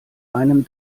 einem